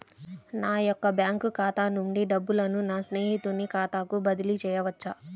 నా యొక్క బ్యాంకు ఖాతా నుండి డబ్బులను నా స్నేహితుని ఖాతాకు బదిలీ చేయవచ్చా?